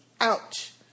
Ouch